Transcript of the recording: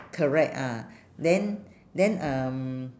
correct ah then then um